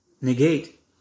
negate